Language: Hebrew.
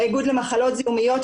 האיגוד למחלות זיהומיות.